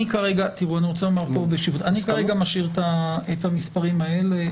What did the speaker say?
אני משאיר כרגע את המספרים האלה,